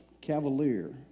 cavalier